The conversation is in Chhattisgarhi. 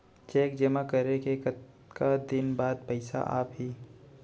चेक जेमा करे के कतका दिन बाद पइसा आप ही?